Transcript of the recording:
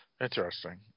Interesting